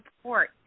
support